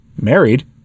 married